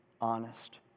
honest